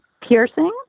piercing